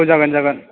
जागोन जागोन